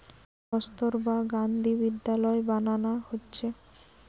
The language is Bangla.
কস্তুরবা গান্ধী বিদ্যালয় বানানা হচ্ছে